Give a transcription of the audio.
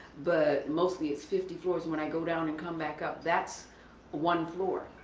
but mostly it's fifty floors, and when i go down and come back up that's one floor.